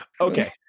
Okay